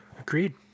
Agreed